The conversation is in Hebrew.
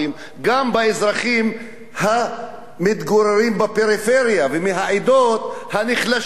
גם באזרחים המתגוררים בפריפריה ומהעדות המוחלשות,